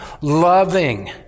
loving